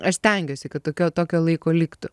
aš stengiuosi kad tokio tokio laiko liktų